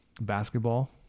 Basketball